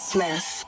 Smith